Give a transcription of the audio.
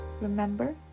remember